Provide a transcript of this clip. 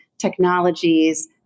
technologies